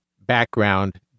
background